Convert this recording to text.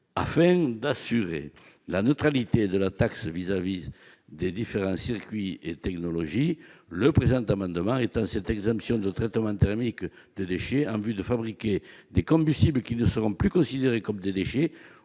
Afin d'assurer la neutralité de la taxe à l'égard des différents circuits et technologies, le présent amendement vise à étendre cette exemption de traitement thermique des déchets en vue de fabriquer des combustibles, qui ne seront plus considérés comme des déchets